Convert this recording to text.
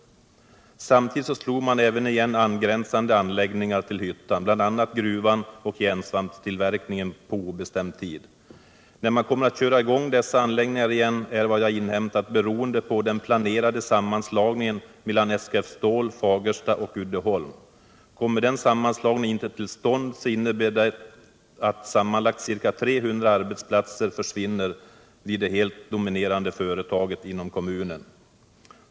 Samtidigt slog man även igen angränsande anläggningar till hyttan, bl.a. gruvan och järnsvamptillverkningen, på obestämd tid. När man kommer att köra i gång dessa anläggningar igen är, enligt vad jag har inhämtat, beroende på den planerade sammanslagningen mellan SKF-Stål, Fagersta och Uddeholm. Om den sammanslagningen inte kommer till stånd innebär det att sammanlagt ca 300 arbetsplatser försvinner vid det helt dominerande företaget inom kommunen.